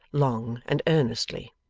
long and earnestly.